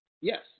Yes